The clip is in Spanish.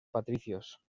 patricios